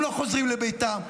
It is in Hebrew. הם לא חוזרים לביתם,